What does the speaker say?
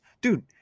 dude